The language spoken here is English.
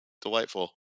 delightful